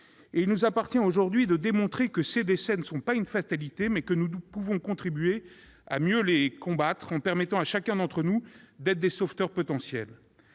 Il nous appartient aujourd'hui de démontrer que ces décès ne sont pas une fatalité, mais que nous pouvons contribuer à mieux les combattre en permettant à chacun d'entre nous d'être des sauveteurs potentiels.